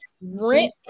rent